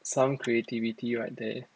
some creativity right there